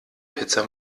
pizza